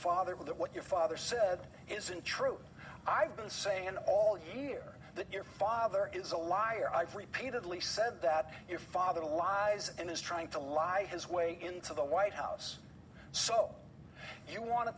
father will do what your father said isn't true i've been saying all year that your father is a liar i've repeatedly said that your father lies and is trying to lie his way into the white house so you want to